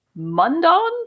Mundan